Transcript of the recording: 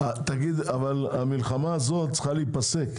המלחמה הזו צריכה להיפסק.